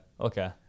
Okay